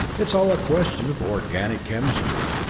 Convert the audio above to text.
it's all a question of organic chemistry.